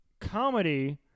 comedy